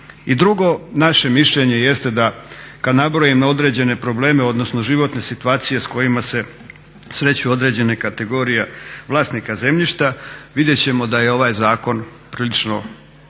drugo, naše mišljenje jeste da kad nabrojim određene probleme odnosno životne situacije sa kojima se sreću određena kategorija vlasnika zemljišta vidjet ćemo da je ovaj zakon prilično